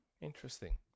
interesting